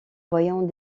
voyant